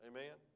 Amen